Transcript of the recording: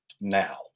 now